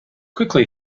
quickly